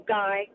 guy